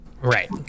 Right